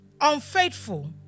unfaithful